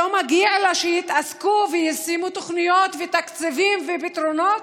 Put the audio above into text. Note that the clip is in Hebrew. לא מגיע לה שיתעסקו וישימו תוכניות ותקציבים ופתרונות?